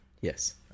Yes